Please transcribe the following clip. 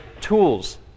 tools